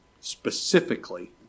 Specifically